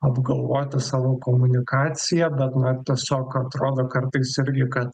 apgalvoti savo komunikaciją gal na tiesiog atrodo kartais irgi kad